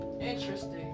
Interesting